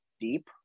deep